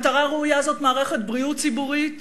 מטרה ראויה זאת מערכת בריאות ציבורית,